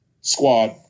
squad